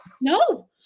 No